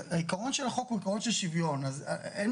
עיקרון של החוק הוא עיקרון של שוויון, ממילא